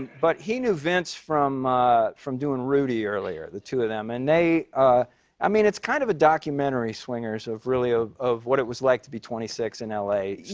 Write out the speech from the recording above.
but he knew vince from from doing rudy earlier, the two of them. and they i mean, it's kind of a documentary, swingers, really, ah of what it was like to be twenty six in l a,